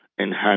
enhance